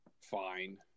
fine